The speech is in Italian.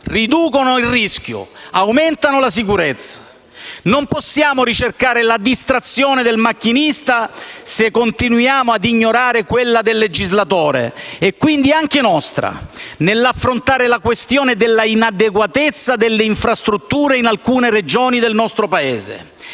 riducono il rischio e aumentano la sicurezza. Non possiamo ricercare la distrazione del macchinista se continuiamo ad ignorare quella del legislatore, e quindi anche nostra, nell'affrontare la questione dell'inadeguatezza delle infrastrutture in alcune Regioni del nostro Paese.